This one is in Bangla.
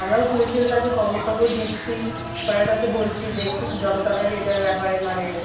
আমরাও পুলিশের কাছে খবর টবর দিচ্ছি সুপারের কাছে বলছি দেখছি একটু যতো তাড়াতাড়ি এটার ব্যাপারে মানে